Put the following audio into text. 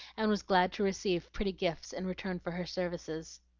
and was glad to receive pretty gifts in return for her services.